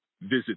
Visit